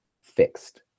fixed